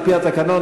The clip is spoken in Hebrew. על-פי התקנון,